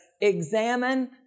examine